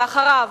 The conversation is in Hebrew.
אחריו,